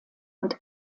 und